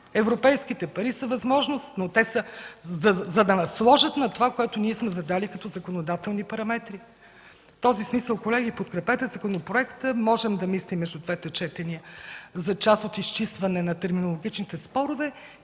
Европейските пари са възможност, но те са, за да насложат над това, което ние сме задали като законодателни параметри. В този смисъл, колеги, подкрепете законопроекта. Можем да мислим между двете четения за част от изчистване на терминологичните спорове